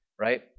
Right